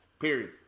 Period